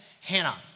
Hannah